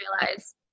realize